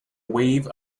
wave